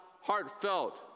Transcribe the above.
heartfelt